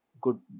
good